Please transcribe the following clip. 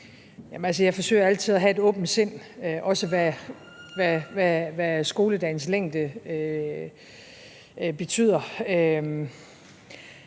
Jeg forsøger altid at have et åbent sind, også hvad angår skoledagens længdes betydning.